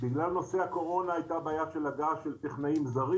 בגלל נושא הקורונה הייתה בעיה של הגעה של טכנאים זרים.